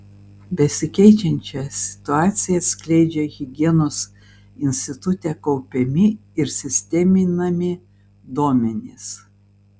besikeičiančią situaciją atskleidžia higienos institute kaupiami ir sisteminami duomenys